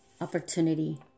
opportunity